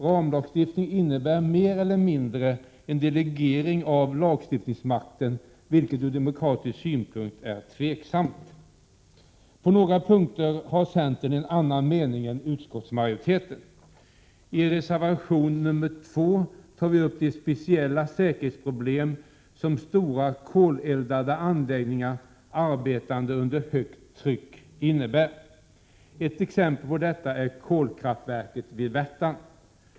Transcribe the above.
Ramlagstiftning innebär mer eller mindre en delegering av lagstiftningsmakten, vilket ur demokratisk synpunkt är tveksamt. På några punkter har vi i centern en annan mening än utskottsmajoriteten. I reservation 2 tar vi upp de speciella säkerhetsproblem som stora koleldade anläggningar arbetande under högt tryck utgör. Ett exempel på detta är kolkraftverket vid Värtan.